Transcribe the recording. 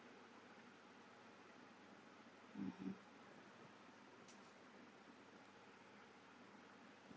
mmhmm